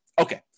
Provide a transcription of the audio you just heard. Okay